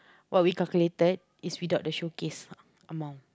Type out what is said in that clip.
what we calculated is without the showcase amount